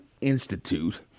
Institute